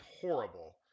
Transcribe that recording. horrible